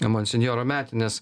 monsinjoro metinės